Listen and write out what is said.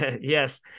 Yes